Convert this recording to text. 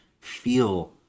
feel